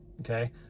Okay